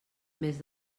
més